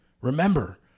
Remember